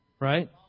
Right